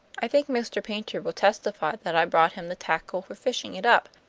i think mr. paynter will testify that i brought him the tackle for fishing it up,